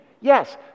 Yes